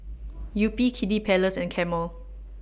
Yupi Kiddy Palace and Camel